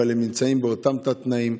אבל הם נמצאים באותם תת-תנאים,